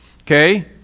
okay